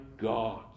God